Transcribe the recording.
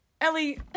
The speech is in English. Ellie